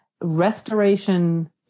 restoration